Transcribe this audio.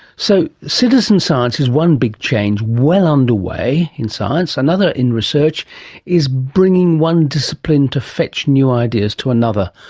so citizen science is one big change well underway in science. another in research is bringing one discipline to fetch new ideas to another,